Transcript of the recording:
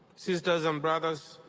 sisters and brothers,